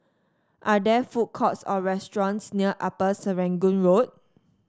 are there food courts or restaurants near Upper Serangoon Road